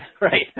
Right